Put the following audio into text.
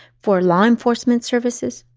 for law enforcement services,